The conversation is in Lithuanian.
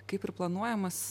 kaip ir planuojamas